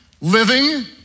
living